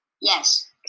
Yes